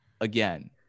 Again